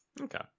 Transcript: Okay